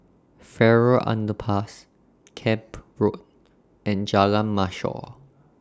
Farrer Underpass Camp Road and Jalan Mashhor